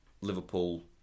Liverpool